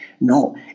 No